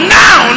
now